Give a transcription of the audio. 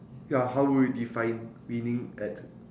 ya how would you define winning at